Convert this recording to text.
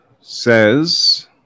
says